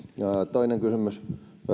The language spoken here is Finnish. toinen kysymys